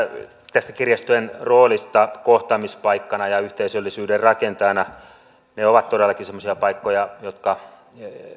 tästä kirjastojen roolista kohtaamispaikkana ja yhteisöllisyyden rakentajana ne ovat todellakin semmoisia paikkoja jotka